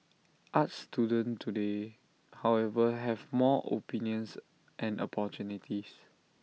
arts students today however have more opinions and opportunities